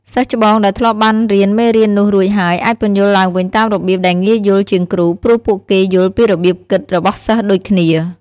សិស្សច្បងដែលធ្លាប់បានរៀនមេរៀននោះរួចហើយ អាចពន្យល់ឡើងវិញតាមរបៀបដែលងាយយល់ជាងគ្រូ ព្រោះពួកគេយល់ពីរបៀបគិតរបស់សិស្សដូចគ្នា។